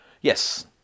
yes